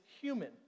human